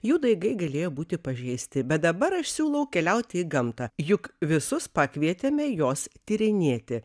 jų daigai galėjo būti pažeisti bet dabar aš siūlau keliauti į gamtą juk visus pakvietėme jos tyrinėti